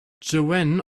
joanne